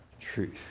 truth